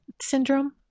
syndrome